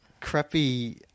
crappy